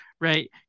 right